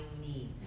need